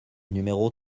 numéro